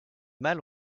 mâles